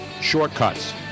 shortcuts